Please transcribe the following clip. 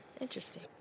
Interesting